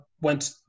went